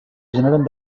generen